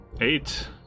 Eight